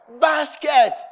Basket